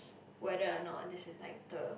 whether or not this is like the